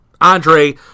Andre